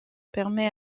permet